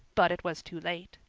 but it was too late.